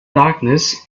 darkness